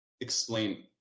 explain